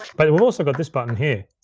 but we've also got this button here.